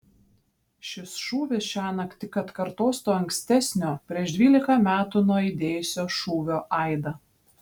šis šūvis šiąnakt tik atkartos to ankstesnio prieš dvylika metų nuaidėjusio šūvio aidą